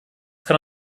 kann